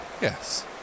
Yes